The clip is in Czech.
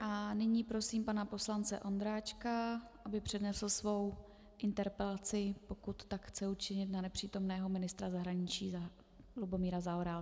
Nyní prosím pana poslance Ondráčka, aby přednesl svoji interpelaci, pokud tak chce učinit, na nepřítomného ministra zahraničí Lubomíra Zaorálka.